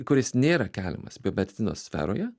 kuris nėra keliamas biomedicinos sferoje